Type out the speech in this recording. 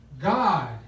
God